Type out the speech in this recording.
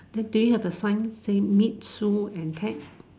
then do you have a sign say meet Sue and Ted